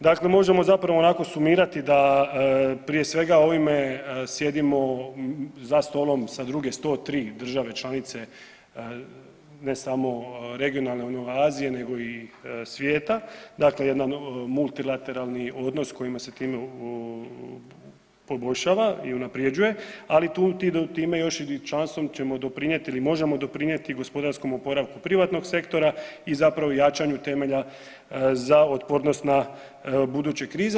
Dakle, možemo zapravo onako sumirati da prije svega ovime sjedimo za stolom sa druge 103 države članice ne samo regionalne ono Azije nego i svijeta, dakle jedan multilateralni odnos kojima se time poboljšava i unaprjeđuje, ali tu, time još članstvom ćemo doprinijet ili možemo doprinijeti gospodarskom opravku privatnog sektora i zapravo jačanju temelja za otpornost na buduće krize.